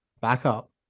backup